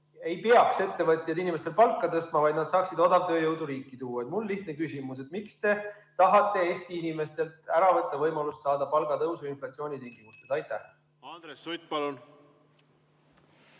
ei peaks inimestel palka tõstma, vaid nad saaksid odavtööjõudu riiki tuua. Mul on lihtne küsimus. Miks te tahate Eesti inimestelt ära võtta võimaluse saada palgatõusu inflatsiooni tingimustes? Andres Sutt, palun!